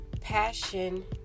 passion